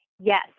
Yes